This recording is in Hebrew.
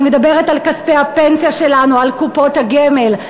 אני מדברת על כספי הפנסיה שלנו, על קופות הגמל.